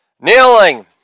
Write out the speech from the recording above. Kneeling